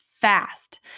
fast